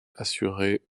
assuré